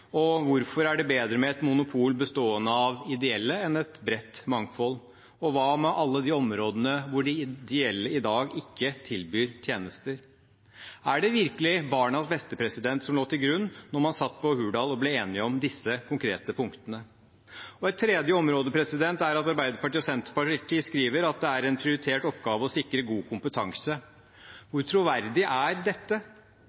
og hvorfor er det bedre med et monopol bestående av ideelle enn et bredt mangfold? Og hva med alle de områdene hvor de ideelle i dag ikke tilbyr tjenester? Var det virkelig barnas beste som lå til grunn da man satt i Hurdal og ble enige om disse konkrete punktene? Et tredje område er at Arbeiderpartiet og Senterpartiet skriver at det er en prioritert oppgave å sikre god kompetanse.